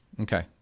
Okay